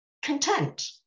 content